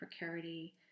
precarity